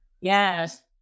Yes